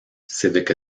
civic